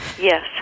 Yes